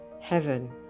Heaven